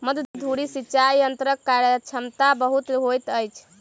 मध्य धुरी सिचाई यंत्रक कार्यक्षमता बहुत होइत अछि